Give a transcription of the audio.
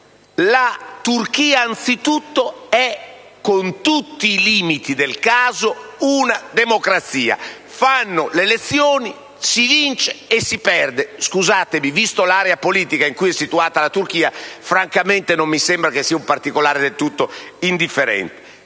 Turchia, che, con tutti i limiti del caso, anzitutto è una democrazia: si svolgono le elezioni, si vince e si perde. Scusatemi, ma vista l'area politica in cui è situata la Turchia, francamente non mi sembra che sia un particolare del tutto indifferente.